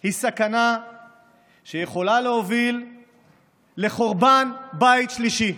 הוא סכנה שיכולה להוביל לחורבן בית שלישי.